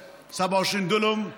בלבד,) יעני,